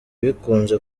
bikunze